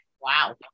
Wow